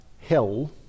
hell